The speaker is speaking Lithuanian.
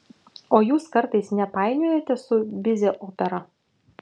o jūs kartais nepainiojate su bizė opera